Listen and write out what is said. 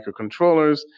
microcontrollers